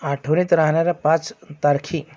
आठवणीत राहणाऱ्या पाच तारखी